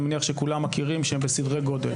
אני מניח שכולם מכירים, שהם בסדרי גודל.